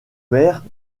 maire